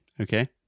Okay